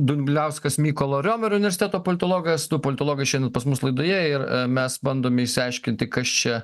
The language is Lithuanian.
dumbliauskas mykolo romerio universiteto politologas du politologai šiandien pas mus laidoje ir mes bandome išsiaiškinti kas čia